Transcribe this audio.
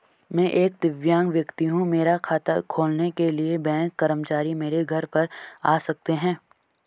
मैं एक दिव्यांग व्यक्ति हूँ मेरा खाता खोलने के लिए बैंक कर्मचारी मेरे घर पर आ सकते हैं?